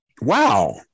Wow